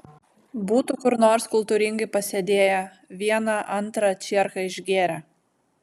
būtų kur nors kultūringai pasėdėję vieną antrą čierką išgėrę